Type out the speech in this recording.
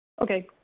Okay